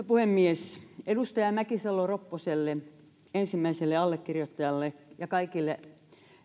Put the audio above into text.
puhemies edustaja mäkisalo ropposelle ensimmäiselle allekirjoittajalle ja kaikille